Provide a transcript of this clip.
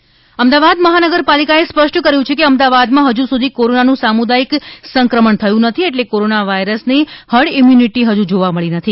corona હડં immunity Ahmedabad મહાનગરપાલિકાએ સ્પષ્ટ કર્યું છે કે અમદાવાદમાં હજુ સુધી કોરોનાનું સામુદાયિક સંક્રમણ થયું નથી એટલે કોરોના વાયરસની હર્ડ ઈમ્યુંનીટી હજુ જોવા મળી નથી